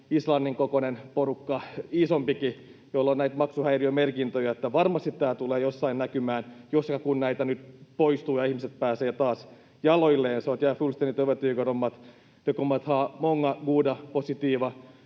Islannin kokoinen porukka, isompikin, jolla on näitä maksuhäiriömerkintöjä, niin että varmasti tämä tulee jossain näkymään, jos ja kun näitä nyt poistuu ja ihmiset pääsevät taas jaloilleen.